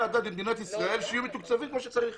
הדת בישראל כך שיהיו מתוקצבים כמו שצריך.